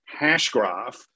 Hashgraph